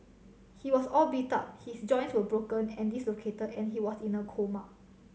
he was all beat up his joints were broken and dislocated and he was in a coma